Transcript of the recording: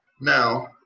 Now